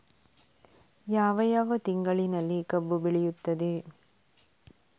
ಯಾವ ಯಾವ ತಿಂಗಳಿನಲ್ಲಿ ಕಬ್ಬು ಬೆಳೆಯುತ್ತದೆ?